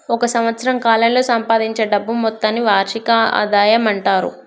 ఒక సంవత్సరం కాలంలో సంపాదించే డబ్బు మొత్తాన్ని వార్షిక ఆదాయం అంటారు